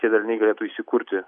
tie dariniai galėtų įsikurti